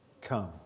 come